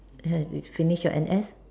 and you finished your N_S